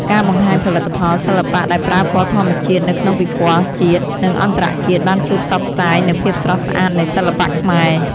ការបង្ហាញផលិតផលសិល្បៈដែលប្រើពណ៌ធម្មជាតិនៅក្នុងពិព័រណ៍ជាតិ និងអន្តរជាតិបានជួយផ្សព្វផ្សាយនូវភាពស្រស់ស្អាតនៃសិល្បៈខ្មែរ។